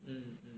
mm